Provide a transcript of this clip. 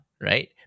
right